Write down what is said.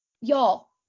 y'all